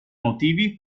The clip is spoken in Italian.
motivi